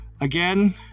Again